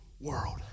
world